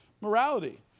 morality